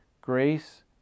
Grace